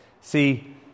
See